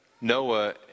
Noah